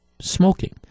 smoking